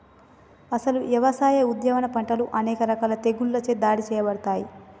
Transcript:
అసలు యవసాయ, ఉద్యాన పంటలు అనేక రకాల తెగుళ్ళచే దాడి సేయబడతాయి